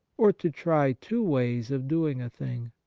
or to try two ways of doing a thing.